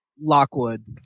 Lockwood